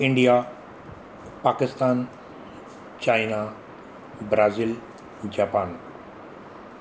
India Pakistan China Brazil Japan